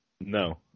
No